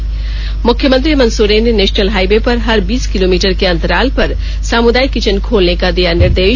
त् मुख्यमंत्री हेमंत सोरेन ने नेषनल हाईवे पर हर बीस किलोमीटर के अंतराल पर सामुदायिक किचन खोलने का दिया निर्देष